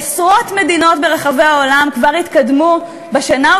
עשרות מדינות ברחבי העולם כבר התקדמו בשנה או